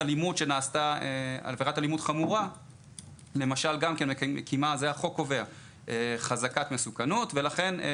ההליכים מתי היא עותרת לבית המשפט להשאיר את אותו אדם מאחורי הסורגים ומתי